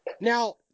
now